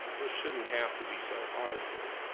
this shouldn't have to be so hard for you.